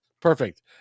Perfect